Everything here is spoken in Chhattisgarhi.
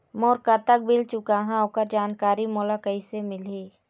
मोर कतक बिल चुकाहां ओकर जानकारी मोला कैसे मिलही?